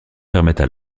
permettent